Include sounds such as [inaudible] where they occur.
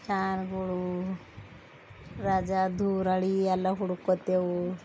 [unintelligible] ರಜಾ ಧೂರಳಿ ಎಲ್ಲ ಹುಡ್ಕೋತೆವು